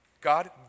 God